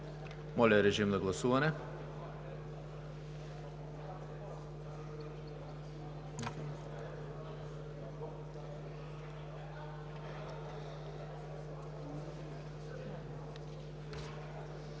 Моля, режим на гласуване.